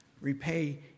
repay